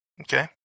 okay